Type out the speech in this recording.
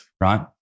Right